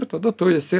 ir tada tu esi